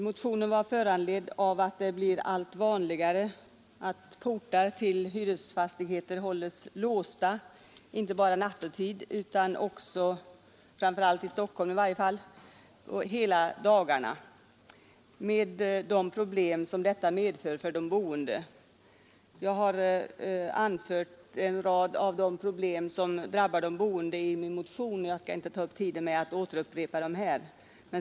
Motionen var föranledd av att det blir allt vanligare att portar till hyresfastigheter hålls låsta, inte bara nattetid utan också — framför allt i Stockholm i varje fall — hela dagarna, med de problem som detta medför för de boende. Jag har i min motion anfört en rad av de problem som därigenom drabbar de boende, varför jag inte skall ta upp tiden med att upprepa dem här.